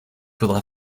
faudra